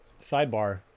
Sidebar